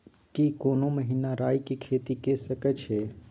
की कोनो महिना राई के खेती के सकैछी?